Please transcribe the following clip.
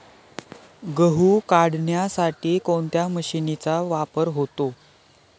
गहू काढण्यासाठी कोणत्या मशीनचा वापर होतो?